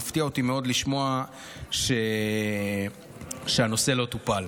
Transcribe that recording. מפתיע אותי מאוד לשמוע שהנושא לא טופל.